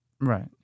Right